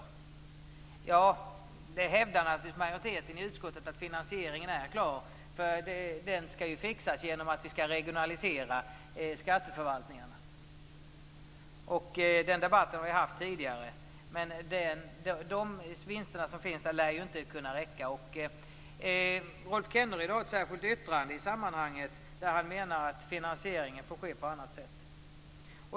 Majoriteten i utskottet hävdar naturligtvis att finansieringen är klar. Den skall ordnas genom att vi skall regionalisera skatteförvaltningarna. Den debatten har vi haft tidigare. De vinster som finns där lär inte räcka. Rolf Kenneryd har ett särskilt yttrande i sammanhanget där han menar att finansieringen får ske på annat sätt.